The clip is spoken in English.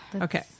Okay